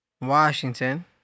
Washington